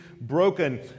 broken